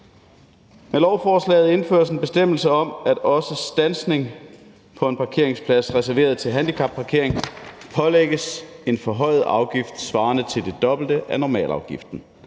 Med lovforslaget indføres en bestemmelse om, at også standsning på en parkeringsplads reserveret til handicapparkering pålægges en forhøjet afgift svarende til det dobbelte af normalafgiften.